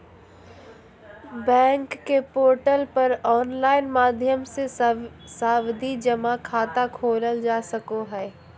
bank के portal पर online माध्यम से सावधि जमा खाता खोलल जा सको हय